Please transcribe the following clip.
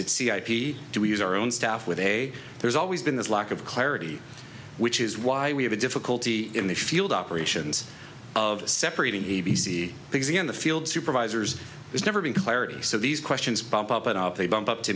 it's the ip do we use our own staff with a there's always been this lack of clarity which is why we have a difficulty in the field operations of separating a b c because even the field supervisors there's never been clarity so these questions bump up and up they bump up to